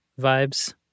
vibes